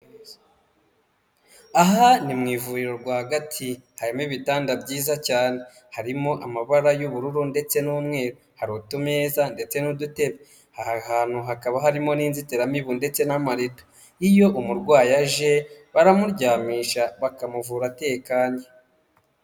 Aha ni mu ivuriro rwagati harimo ibitanda byiza cyane, harimo amabara y'ubururu ndetse n'umweru, hari utumeza ndetse n'udutebe, aha hantu hakaba harimo inzitiramibu ndetse n'amarido, iyo umurwayi aje baramuryamisha bakamuvura atekanye.